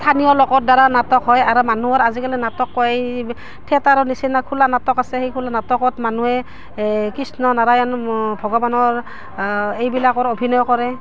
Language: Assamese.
স্থানীয় লোকৰদ্বাৰা নাটক হয় আৰু মানুহৰ আজিকালি নাটক কয় এই থিয়েটাৰৰ নিচিনা খোলা নাটক আছে সেই খোলা নাটকত মানুহে কৃষ্ণ নাৰায়ণ ভগৱানৰ এইবিলাকৰ অভিনয় কৰে